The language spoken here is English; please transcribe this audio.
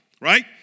right